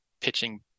pitching